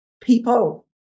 people